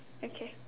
okay